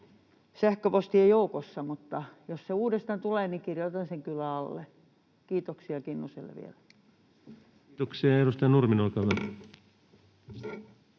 sähköpostien joukossa, mutta jos se uudestaan tulee, niin kirjoitan sen kyllä alle. Kiitoksia Kinnuselle vielä. [Speech 274] Speaker: